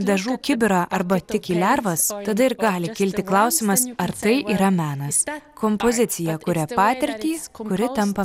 dažų kibirą arba tik į lervas tada ir gali kilti klausimas ar tai yra menas kompozicija kuri patirtį kuri tampa